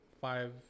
five